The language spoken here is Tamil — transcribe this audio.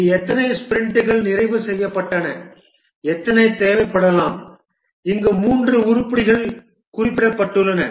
இது எத்தனை ஸ்பிரிண்ட்கள் நிறைவு செய்யப்பட்டன எத்தனை தேவைப்படலாம் இங்கு 3 உருப்படிகள் குறிப்பிடப்படுகின்றன